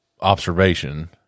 observation –